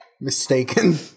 Mistaken